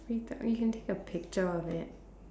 you can take a picture of it